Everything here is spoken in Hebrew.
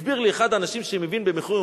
הסביר לי אחד האנשים שמבין במכורים,